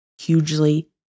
hugely